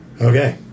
Okay